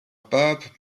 pape